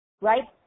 Right